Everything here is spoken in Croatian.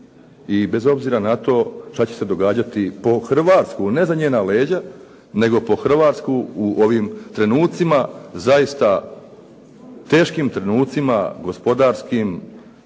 i bez obzira na to što će se događati po Hrvatsku, ne za njena leđa, nego po Hrvatsku u ovim trenucima zaista teškim trenucima gospodarskim